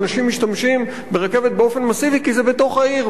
אנשים משתמשים ברכבת באופן מסיבי כי זה בתוך העיר,